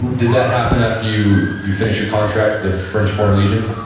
did that happen after you you finished your contract with the french foreign legion?